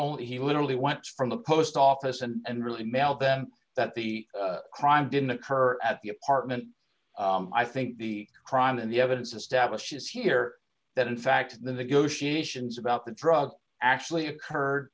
owned he literally went from the post office and really mailed them that the crime didn't occur at the apartment i think the crime in the evidence establishes here that in fact the negotiations about the drug actually occurred